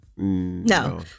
No